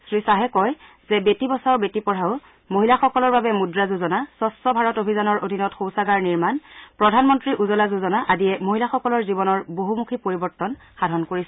শ্ৰীশ্বাহে কয় যে বেটী বচাও বেটী পঢ়াও মহিলাসকলৰ বাবে মুদ্ৰা যোজনা স্বচ্ছ ভাৰত অভিযানৰ অধীনত শৌচাগাৰ নিৰ্মাণ প্ৰধানমন্ত্ৰী উজ্বলা যোজনা আদিয়ে মহিলাসকলৰ জীৱনৰ বহুমুখী পৰিৱৰ্তন সাধন কৰিছে